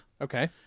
Okay